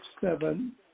seven